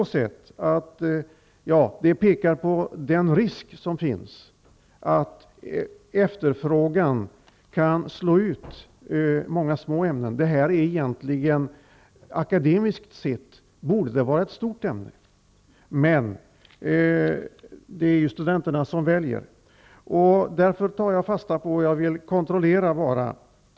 Det pekar på den risk som finns att brist på efterfrågan kan slå ut många små ämnen. Akademiskt sett borde detta vara ett stort ämne, men det är ju studenterna som väljer. Jag vill bara kontrollera en sak.